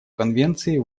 конвенции